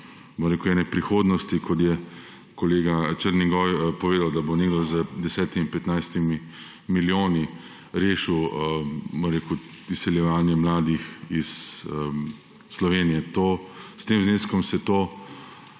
ene prihodnosti, kot je kolega Černigoj povedal, da bo nekdo z 10, 15 milijoni rešil izseljevanje mladih iz Slovenije. S tem zneskom se to